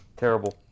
Terrible